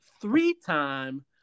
three-time